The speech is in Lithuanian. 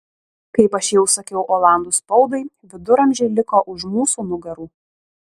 kaip aš jau sakiau olandų spaudai viduramžiai liko už mūsų nugarų